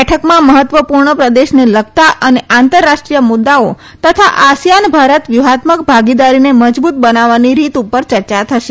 બેઠકમાં મહત્વપૂર્ણ પ્રદેશને લગતા અને આંતરરાષ્ટ્રીય મુદ્દાઓ તથા આસિયાન ભારત વ્યૂહાત્મક ભાગીદારીને મજબૂત બનાવવાની રીત ઉપર ચર્ચા થશે